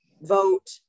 vote